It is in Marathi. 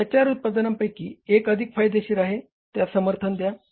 या चार उत्पादनांपैकी एक अधिक फायदेशीर आहे त्यास समर्थन द्या